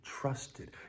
trusted